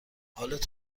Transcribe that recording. حالت